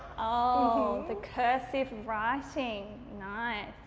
oh, the cursive writing, nice.